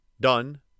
done